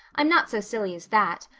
i'm not so silly as that.